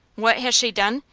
what has she done?